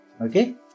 okay